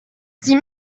sie